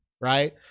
right